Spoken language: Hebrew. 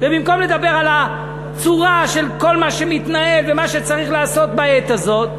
ובמקום לדבר על הצורה של כל מה שמתנהל ומה שצריך לעשות בעת הזאת,